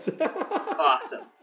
awesome